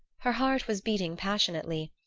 her heart was beating passionately.